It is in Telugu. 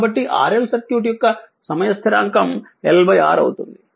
కాబట్టి RL సర్క్యూట్ యొక్క సమయ స్థిరాంకం LR అవుతుంది